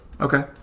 Okay